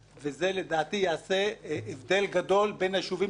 ולדעתי זה יעשה הבדל גדול בישובים העירונים,